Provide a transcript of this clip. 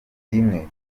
rimwe